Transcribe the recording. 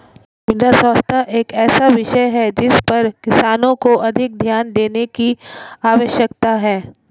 मृदा स्वास्थ्य एक ऐसा विषय है जिस पर किसानों को अधिक ध्यान देने की आवश्यकता है